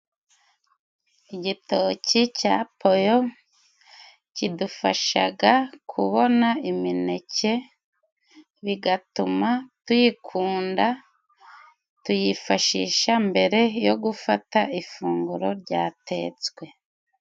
Igitoki cya poyo kidufashaga kubona imineke bigatuma tuyikunda, tuyifashisha mbere yo gufata ifunguro ryatetswe.